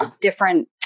different